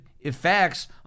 effects